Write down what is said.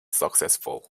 successful